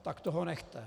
Tak toho nechte!